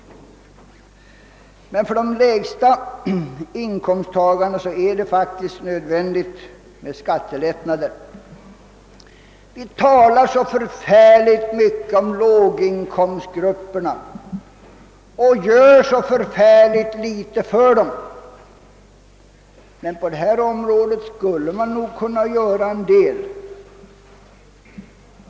För de lägsta inkomsttagarna måste vi genomföra skattelättnader. Vi talar så mycket om låginkomstgrupperna, men det blir litet gjort för deras sak. Men på detta område skulle man nog kunna göra en hel del.